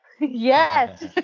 Yes